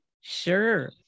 Sure